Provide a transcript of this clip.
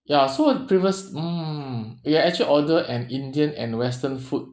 ya so previous~ mm we actually ordered an indian and western food